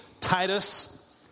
Titus